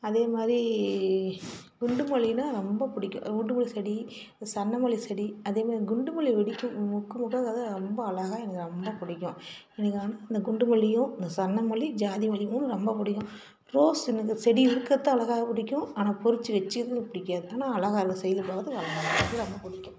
அதே மாதிரி குண்டுமல்லின்னால் ரொம்பப் பிடிக்கும் ஊட்டுக்குள்ள செடி சன்னமுல்லை செடி அதே மாதிரி குண்டுமல்லிப் பிடிக்கும் மொக்கு மொட்டாக அதுவும் ரொம்ப அழகா எனக்கு ரொம்பப் பிடிக்கும் எனக்கு வந்து இந்த குண்டுமல்லியும் இந்த சன்னமுல்லி ஜாதிமல்லியும் ரொம்பப் பிடிக்கும் ரோஸ் எனக்கு செடி இருக்கிறது அழகாக பிடிக்கும் ஆனால் பறிச்சி வச்சிக்கிறது பிடிக்காது ஆனால் அழகா இருக்கும் சைட்ல பார்க்கறதுக்கு அழகா இருக்கும் அதுவும் ரொம்ப பிடிக்கும்